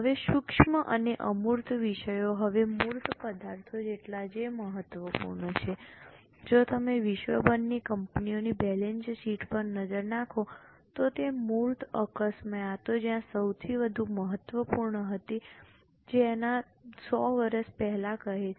હવે સૂક્ષ્મ અને અમૂર્ત વિષયો હવે મૂર્ત પદાર્થો જેટલા જ મહત્વપૂર્ણ છે જો તમે વિશ્વભરની કંપનીઓની બેલેન્સશીટ પર નજર નાખો તો તે મૂર્ત અસ્કયામતો જ્યાં સૌથી મહત્વપૂર્ણ હતી તેના 100 વર્ષ પહેલાં કહે છે